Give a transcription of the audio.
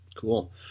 cool